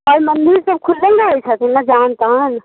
एहि मन्दिर सब खुलल रहैत छथिन ने जहन तहन